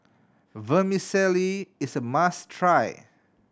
vermicelli is a must try